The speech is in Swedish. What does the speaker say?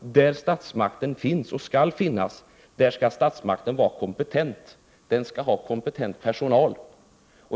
där statsmakten finns och skall finnas skall den vara kompetent och ha kompetent personal.